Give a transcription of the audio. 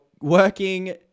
working